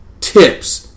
Tips